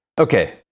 Okay